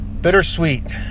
bittersweet